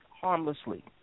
harmlessly